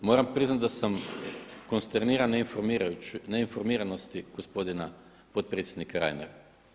Moram priznati da sam konsterniran neinformiranosti gospodina potpredsjednika Reinera.